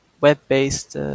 web-based